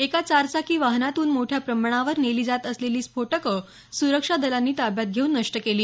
एका चारचाकी वाहनातून मोठ्या प्रमाणावर नेली जात असलेली स्फोटकं सुरक्षा दलांनी ताब्यात घेऊन नष्ट केली